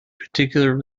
particular